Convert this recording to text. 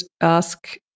ask